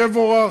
יבורך.